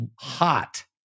hot